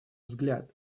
взгляд